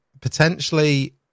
potentially